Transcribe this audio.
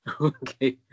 Okay